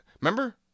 Remember